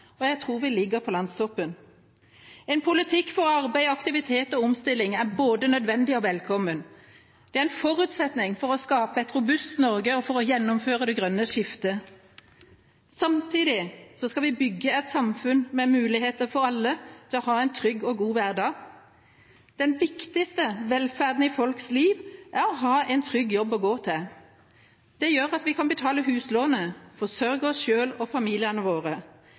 og jeg tror vi ligger på landstoppen. En politikk for arbeid, aktivitet og omstilling er både nødvendig og velkommen. Det er en forutsetning for å skape et robust Norge og for å gjennomføre det grønne skiftet. Samtidig skal vi bygge et samfunn med muligheter for alle til å ha en trygg og god hverdag. Den viktigste velferden i folks liv er å ha en trygg jobb å gå til. Det gjør at vi kan betale huslånet, forsørge oss selv og familiene våre.